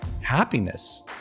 happiness